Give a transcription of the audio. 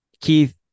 Keith